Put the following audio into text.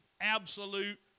absolute